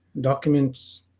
documents